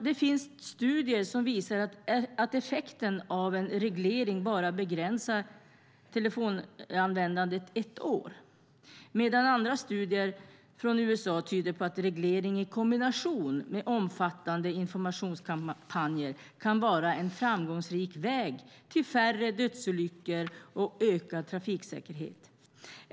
Det finns studier som visar att effekten av en reglering bara begränsar telefonanvändandet ett år, medan andra studier från USA tyder på att reglering i kombination med omfattande informationskampanjer kan vara en framgångsrik väg till färre dödsolyckor och ökad trafiksäkerhet.